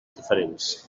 diferents